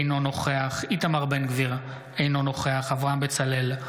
אינו נוכח איתמר בן גביר, אינו נוכח אברהם בצלאל,